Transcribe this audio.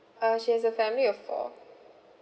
uh she has a family of four